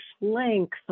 length